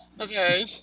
Okay